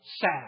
sad